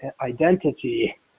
identity